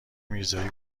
میرزایی